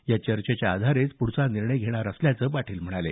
या चर्चेच्या आधारे पुढचा निर्णय घेणार असल्याचं पाटील म्हणाले